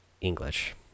English